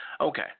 Okay